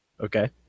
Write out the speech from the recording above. Okay